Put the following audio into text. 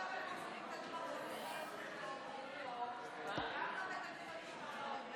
היא הזמינה אותך לדבר איתה על דברים באזרחות או משהו כזה.